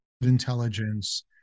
intelligence